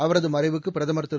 அவரது மறைவுக்கு பிரதமர் திரு